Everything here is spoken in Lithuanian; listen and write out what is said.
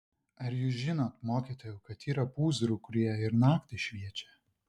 ar jūs žinot mokytojau kad yra pūzrų kurie ir naktį šviečia